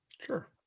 Sure